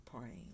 praying